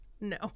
No